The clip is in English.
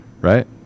right